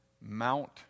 Mount